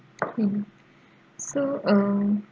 hmm so um